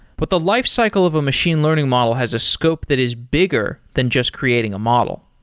but the life cycle of a machine learning model has a scope that is bigger than just creating a model.